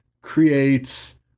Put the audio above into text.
creates